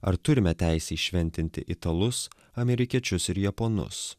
ar turime teisę įšventinti italus amerikiečius ir japonus